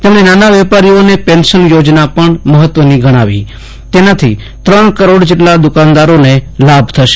તેમણે નાના વેપારીઓને પેન્શન યોજના પણ મહત્વની ગણાવી તેનાથી ત્રણ કરોડ જેટલા દુકાનદારોને લાભ થશે